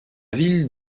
ville